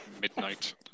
midnight